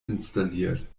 installiert